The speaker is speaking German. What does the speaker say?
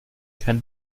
kein